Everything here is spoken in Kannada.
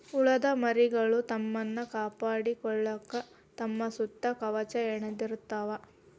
ಹುಳದ ಮರಿಗಳು ತಮ್ಮನ್ನ ಕಾಪಾಡಕೊಳಾಕ ತಮ್ಮ ಸುತ್ತ ಕವಚಾ ಹೆಣದಿರತಾವ